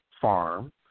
farm